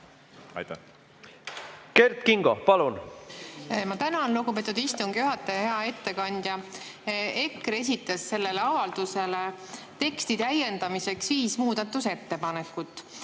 Kert Kingo, palun! Ma tänan, lugupeetud istungi juhataja! Hea ettekandja! EKRE esitas sellele avaldusele teksti täiendamiseks viis muudatusettepanekut